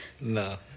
No